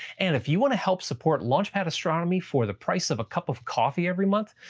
and if you want to help support launch pad astronomy for the price of a cup of coffee every month,